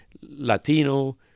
Latino